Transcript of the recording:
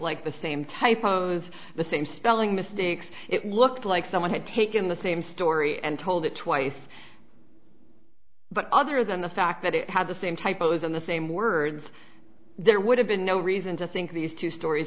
like the same typos the same spelling mistakes it looked like someone had taken the same story and told it twice but other than the fact that it had the same typos in the same words there would have been no reason to think these two stories